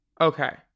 Okay